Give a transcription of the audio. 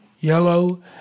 yellow